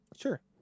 Sure